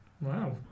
wow